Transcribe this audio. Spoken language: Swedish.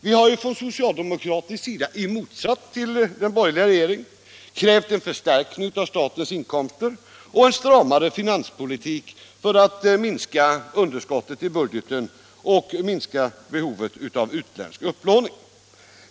Vi har i motsats till den borgerliga regeringen krävt en förstärkning av statens inkomster och en stramare finanspolitik för att minska underskottet i budgeten och behovet av utländsk upplåning.